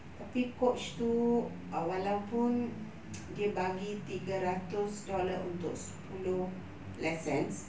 tapi coach itu walaupun dia bagi tiga ratus dollar untuk sepuluh lessons